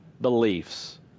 beliefs